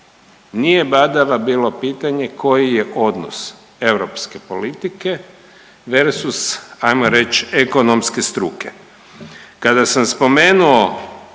Nije badava bilo pitanje koji je odnos europske politike, versus ajmo reć ekonomske struke. Kada sam spomenuo